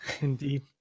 Indeed